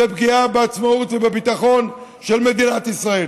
זה פגיעה בעצמאות ובביטחון של מדינת ישראל.